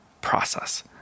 process